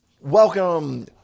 Welcome